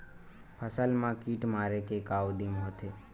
फसल मा कीट मारे के का उदिम होथे?